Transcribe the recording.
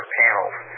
panels